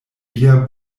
via